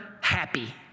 happy